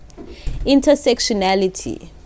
Intersectionality